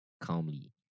calmly